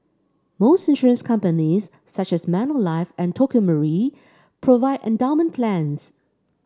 most insurance companies such as Manulife and Tokio Marine provide endowment plans